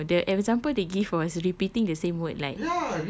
no the example they give was repeating the same word like